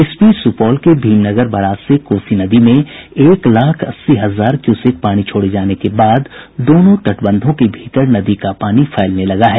इस बीच सुपौल के भीमनगर बराज से कोसी नदी में एक लाख अस्सी हजार क्यूसेक पानी छोड़े जाने के बाद दोनों तटबंधों के भीतर नदी का पानी फैलने लगा है